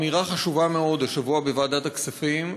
אמירה חשובה מאוד השבוע בוועדת הכספים,